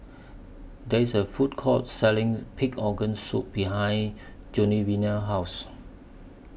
There IS A Food Court Selling Pig Organ Soup behind Genoveva's House